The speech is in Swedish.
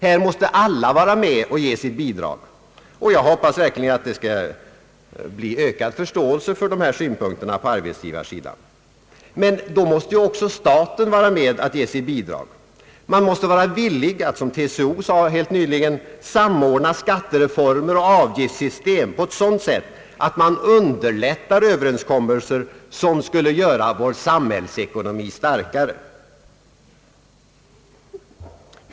Här måste alla vara med och ge sitt bidrag. Jag hoppas att det skall finnas ökad förståelse för detta på arbetsgivarsidan. Även staten måste ge sitt bidrag. Man måste vara villig att, som från TCO:s sida anfördes helt nyligen, samordna skattereformer och avgiftssystem på ett sådant sätt att man underlättar överenskommelser som skulle göra vår samhällsekonomi starkare.